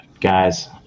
Guys